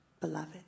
beloved